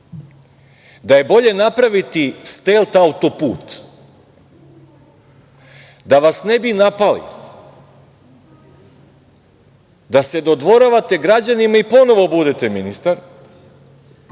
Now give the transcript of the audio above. da je bolje napraviti stelt autoput, da vas ne bi napali, da se dodvoravate građanima i ponovo budete ministar,